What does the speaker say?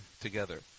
together